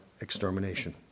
extermination